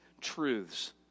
truths